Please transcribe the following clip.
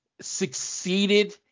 succeeded